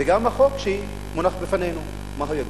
וגם החוק שמונח בפנינו, מה הוא יגרום?